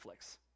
Netflix